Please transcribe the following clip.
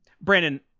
Brandon